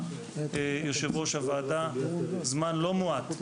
יושב-ראש הוועדה, אני מכיר אותך זמן לא מועט.